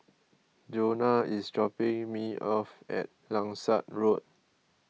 Jonah is dropping me off at Langsat Road